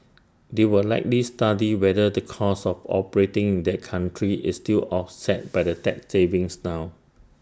they will likely study whether the cost of operating in that country is still offset by the tax savings now